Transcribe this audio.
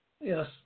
Yes